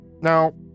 Now